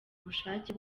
ubushake